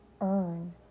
earn